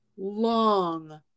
long